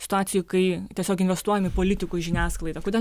situacijų kai tiesiog investuojam į politikus žiniasklaidą kodėl